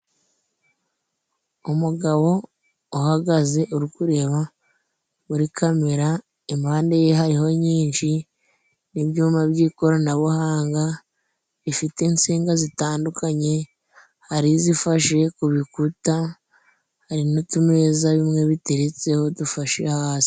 Umugabo uhagaze uri kureba muri kamera, impande ye hariho nyinshi n'ibyuma by'ikoranabuhanga bifite insinga zitandukanye, hari izifashe ku bikuta, hari n'utumeza bimwe biteretseho, dufashe hasi.